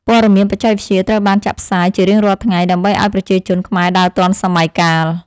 ព័ត៌មានបច្ចេកវិទ្យាត្រូវបានចាក់ផ្សាយជារៀងរាល់ថ្ងៃ ដើម្បីឱ្យប្រជាជនខ្មែរដើរទាន់សម័យកាល។